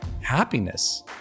happiness